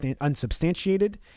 unsubstantiated